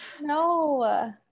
no